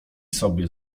sobie